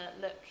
look